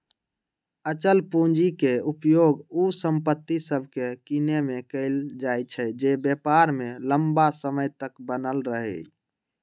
अचल पूंजी के उपयोग उ संपत्ति सभके किनेमें कएल जाइ छइ जे व्यापार में लम्मा समय तक बनल रहइ